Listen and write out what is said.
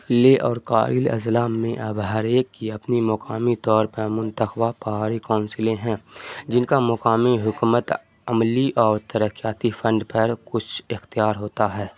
لیہہ اور کارگل اضلاع میں اب ہر ایک کی اپنی مکامی طور پر منتخبہ پہاڑی کونسلیں ہیں جن کا مکامی حکمت عملی اور ترکیاتی فنڈ پر کچھ اختیار ہوتا ہے